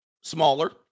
smaller